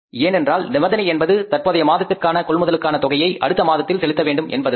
ஏனென்றால் நிபந்தனை என்பது தற்போதைய மாதத்திற்கான கொள்முதலுக்கான தொகையை அடுத்த மாதத்தில் செலுத்த வேண்டும் என்பதுதான்